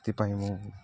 ସେଥିପାଇଁ ମୁଁ